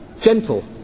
gentle